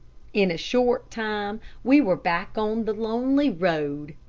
in a short time, we were back on the lonely road.